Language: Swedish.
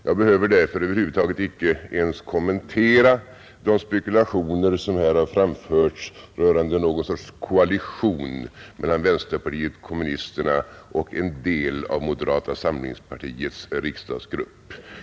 Jag behöver därför över huvud taget icke kommentera de spekulationer som här har framförts rörande någon sorts koalition mellan vänsterpartiet kommunisterna och en del av moderata samlingspartiets riksdagsgrupp.